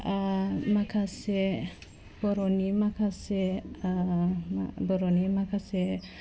माखासे बर'नि माखासे मा बर'नि माखासे